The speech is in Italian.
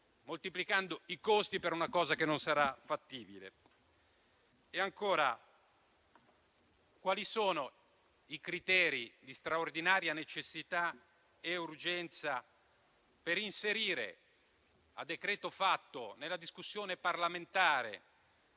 moltiplicando i costi per una cosa che non sarà fattibile. Ancora, quali sono i criteri di straordinaria necessità e urgenza per inserire, a decreto fatto, nella discussione parlamentare,